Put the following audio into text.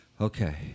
okay